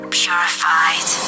purified